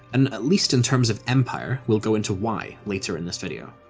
and at least in terms of empire, we'll go into why later in this video.